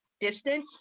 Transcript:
distance